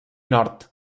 nord